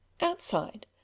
outside